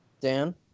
Dan